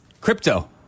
crypto